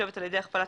אשמח להתייחס.